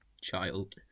Child